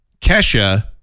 Kesha